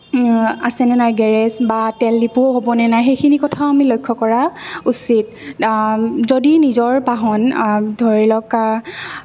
আছেনে নাই গেৰেজ বা তেল ডিপুও হ'ব নে নাই সেইখিনি কথাও আমি লক্ষ্য কৰা উচিত যদি নিজৰ বাহন ধৰি লওক